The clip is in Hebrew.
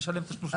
נשלם תשלומי הפרש.